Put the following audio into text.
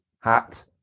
hat